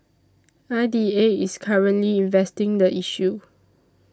I D A is currently investing the issue